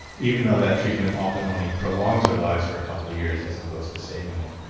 even though that treatment often only prolongs their lives for a couple of years as opposed to saving it.